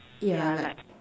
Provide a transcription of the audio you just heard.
yeah like